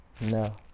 No